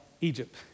Egypt